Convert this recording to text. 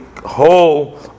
whole